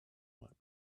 might